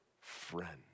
friend